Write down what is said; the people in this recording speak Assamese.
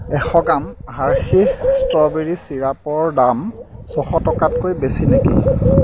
এশ গ্ৰাম হাৰ্সীছ ষ্ট্ৰ'বেৰী চিৰাপৰ দাম ছশ টকাতকৈ বেছি নেকি